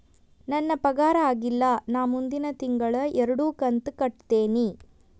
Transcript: ನನ್ನ ಪಗಾರ ಆಗಿಲ್ಲ ನಾ ಮುಂದಿನ ತಿಂಗಳ ಎರಡು ಕಂತ್ ಕಟ್ಟತೇನಿ